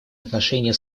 отношения